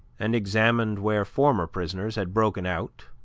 and examined where former prisoners had broken out,